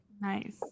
Nice